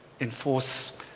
enforce